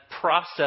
process